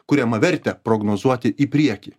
kuriamą vertę prognozuoti į priekį